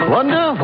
Wonder